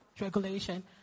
regulation